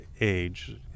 age